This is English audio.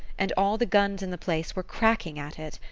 and all the guns in the place were cracking at it!